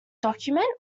document